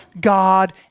God